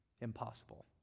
impossible